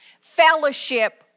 fellowship